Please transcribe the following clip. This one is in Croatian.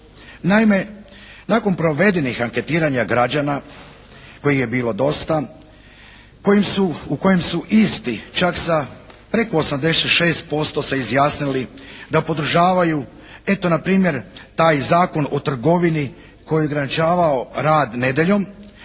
Naime, nakon provedenih anketiranja građana kojih je bilo dosta, u kojem su isti čak sa preko 86% se izjasnili da podržavaju eto npr. taj Zakon o trgovini koji je ograničavao rad nedjeljom,